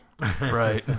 Right